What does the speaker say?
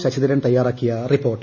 ശശിധരൻ തയ്യാറാക്കിയ റിപ്പോർട്ട്